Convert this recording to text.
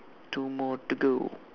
two more to go